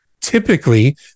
typically